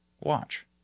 Watch